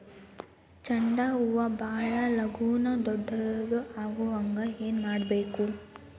ಚಂಡ ಹೂ ಭಾಳ ಲಗೂನ ದೊಡ್ಡದು ಆಗುಹಂಗ್ ಏನ್ ಮಾಡ್ಬೇಕು?